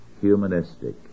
humanistic